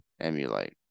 emulate